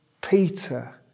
Peter